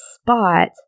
spot